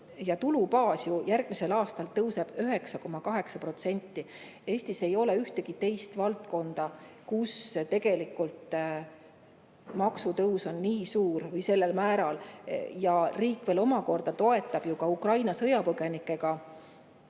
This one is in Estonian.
tulubaas järgmisel aastal tõuseb 9,8%. Eestis ei ole ühtegi teist valdkonda, kus maksu[tulu] tõus on nii suur või sellel määral. Ja riik omakorda toetab ka Ukraina sõjapõgenikega